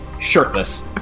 Shirtless